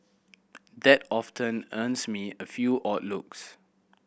that often earns me a few odd looks